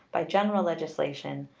by general legislation,